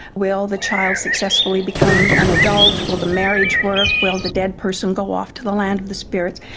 will the child successfully become an adult? will the marriage work? will the dead person go off to the land of the spirits?